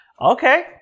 okay